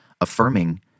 affirming